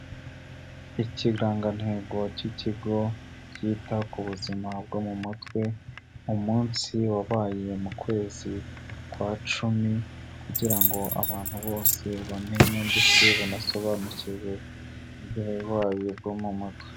Ikirangantego cy'ikigo cyita ku buzima bwo mu mutwe, umunsi wabaye mu kwezi kwa cumi kugira ngo abantu bose bamenye ndetse banasobanukirwe iby'uburwayi bwo mu mutwe.